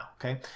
okay